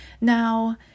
Now